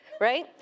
right